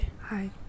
hi